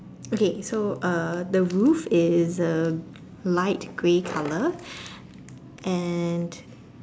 okay so uh the roof is uh light grey color and